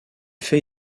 fait